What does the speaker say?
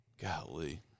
Golly